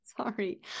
Sorry